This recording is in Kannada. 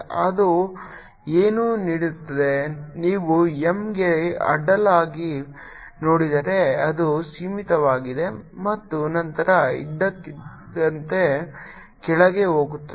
ಅದು ಏನು ನೀಡುತ್ತದೆ ನೀವು M ಗೆ ಅಡ್ಡಲಾಗಿ ನೋಡಿದರೆ ಅದು ಸೀಮಿತವಾಗಿದೆ ಮತ್ತು ನಂತರ ಇದ್ದಕ್ಕಿದ್ದಂತೆ ಕೆಳಗೆ ಹೋಗುತ್ತದೆ